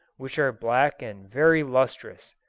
which are black and very lustrous.